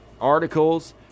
articles